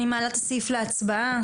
אני מעלה את סעיף (ז) להצבעה.